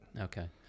Okay